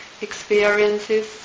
experiences